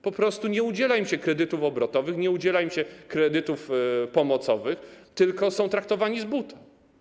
Po prostu nie udziela się im kredytów obrotowych, nie udziela się im kredytów pomocowych, tylko są traktowani z buta.